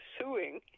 suing